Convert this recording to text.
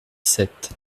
sept